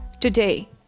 today